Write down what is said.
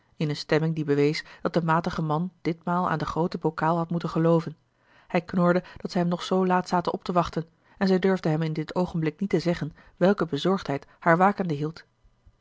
in eene stemming die bewees dat de matige man ditmaal aan de groote bokaal had moeten gelooven hij knorde dat zij hem nog zoo laat zaten op te wachten en zij durfden hem in dit oogenblik niet zeggen welke bezorgdheid haar wakende hield